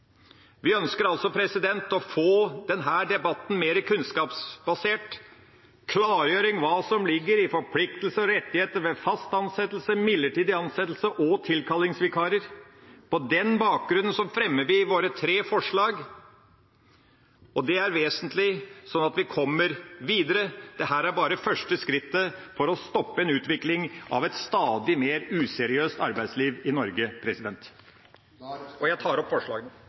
Vi ønsker å få denne debatten mer kunnskapsbasert, få en klargjøring av hva som ligger i forpliktelser og rettigheter for fast ansatte, midlertidig ansatte og tilkallingsvikarer. På den bakgrunnen fremmer vi våre tre forslag, og det er vesentlig for at vi skal komme videre. Dette er bare første skritt i å stoppe en utvikling av et stadig mer useriøst arbeidsliv i Norge. Representanten Per Olaf Lundteigen har tatt opp de forslagene